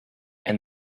and